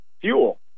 fuel